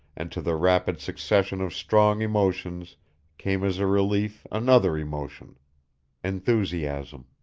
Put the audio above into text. and to the rapid succession of strong emotions came as a relief another emotion enthusiasm.